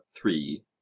three